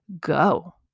go